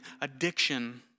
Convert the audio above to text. addiction